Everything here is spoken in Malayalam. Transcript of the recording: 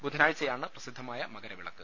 ബുധനാഴ്ചയാണ് പ്രസിദ്ധമായ മകരവിളക്ക്